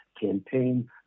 campaign